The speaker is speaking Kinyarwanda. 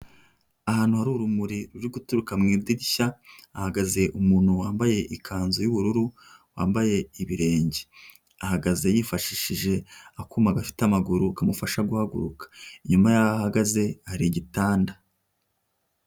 Ahantu hari urumuri ruri guturuka mu idirishya ahagaze umuntu wambaye ikanzu y'ubururu wambaye ibirenge ahagaze yifashishije akuma gafite amaguru kamufasha guhaguruka nyuma yaho ahagaze hari igitanda.